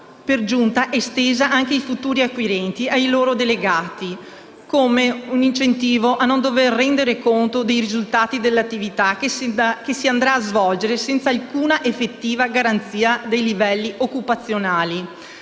per giunta estesa anche ai futuri acquirenti e ai loro delegati, come un incentivo a non dover rendere conto dei risultati dell'attività che si andrà a svolgere, senza alcuna effettiva garanzia per i livelli occupazionali.